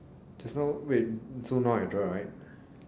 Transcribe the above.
just now wait so now I draw right